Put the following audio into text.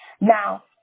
Now